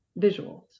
visuals